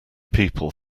people